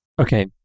Okay